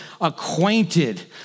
acquainted